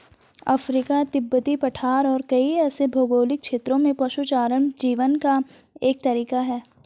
Africa, तिब्बती पठार और कई ऐसे भौगोलिक क्षेत्रों में पशुचारण जीवन का एक तरीका है